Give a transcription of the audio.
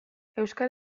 euskal